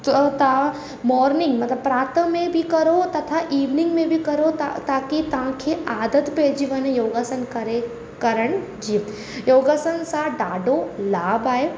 त तव्हां मॉर्निंग मतिलबु प्रातः में बि करो तथा ईवनिंग में बि करो त ताकी तव्हांखे आदत पइजी वञे योगासन करे करण जी योगासन सां ॾाढो लाभ आहे